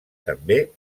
també